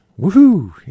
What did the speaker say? Woohoo